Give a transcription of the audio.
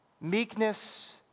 Meekness